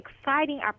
exciting